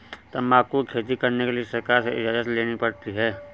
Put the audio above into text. तंबाकू की खेती करने के लिए सरकार से इजाजत लेनी पड़ती है